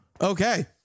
Okay